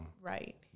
Right